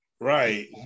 Right